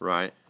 Right